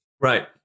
Right